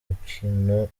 rukino